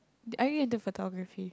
are you into photography